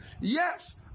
Yes